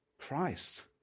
Christ